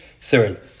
third